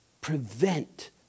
prevent